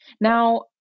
Now